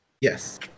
Yes